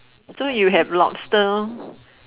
so you have lobster